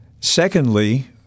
Secondly